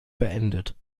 beendet